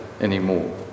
anymore